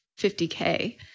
50K